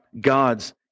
God's